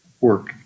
work